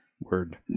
Word